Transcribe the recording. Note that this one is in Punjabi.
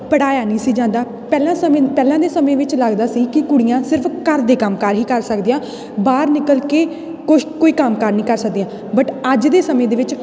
ਪੜ੍ਹਾਇਆ ਨਹੀਂ ਸੀ ਜਾਂਦਾ ਪਹਿਲਾਂ ਸਮੇਂ ਪਹਿਲਾਂ ਦੇ ਸਮੇਂ ਵਿੱਚ ਲੱਗਦਾ ਸੀ ਕਿ ਕੁੜੀਆਂ ਸਿਰਫ ਘਰ ਦੇ ਕੰਮ ਕਾਰ ਹੀ ਕਰ ਸਕਦੀਆਂ ਬਾਹਰ ਨਿਕਲ ਕੇ ਕੁਛ ਕੋਈ ਕੰਮ ਕਾਰ ਨਹੀਂ ਕਰ ਸਕਦੀਆਂ ਬਟ ਅੱਜ ਦੇ ਸਮੇਂ ਦੇ ਵਿੱਚ